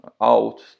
out